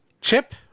Chip